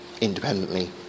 independently